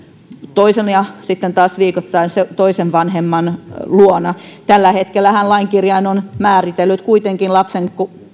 toisen ja sitten taas viikoittain toisen vanhemman luona tällä hetkellähän lain kirjain on määritellyt kuitenkin lapsen